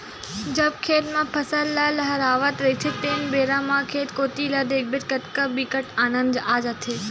जब खेत म फसल ल लहलहावत रहिथे तेन बेरा म खेत कोती ल देखथे बिकट आनंद आ जाथे